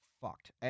fucked